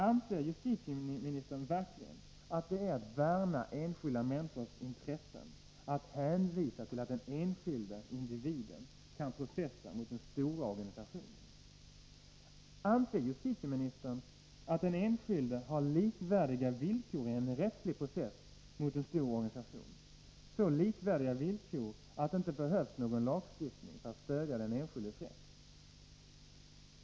Anser justitieministern verkligen att det är att värna enskilda människors intressen att hänvisa till att den enskilde individen kan processa mot den stora organisationen? Anser justitieministern att den enskilde har likvärdiga villkor i en rättslig process mot en stor organisation, så likvärdiga villkor att det inte behövs någon lagstiftning för att stödja den enskildes rätt?